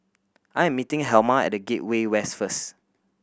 I am meeting Helma at The Gateway West first